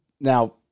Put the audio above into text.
now